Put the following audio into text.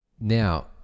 Now